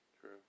True